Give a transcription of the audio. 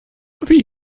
wie